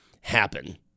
happen